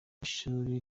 ishuri